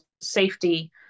safety